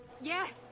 Yes